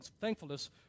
thankfulness